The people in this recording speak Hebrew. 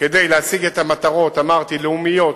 כדי להשיג את המטרות הלאומיות,